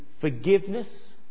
forgiveness